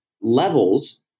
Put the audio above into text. levels